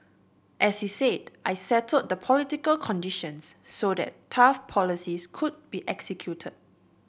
as he said I settled the political conditions so that tough policies could be executed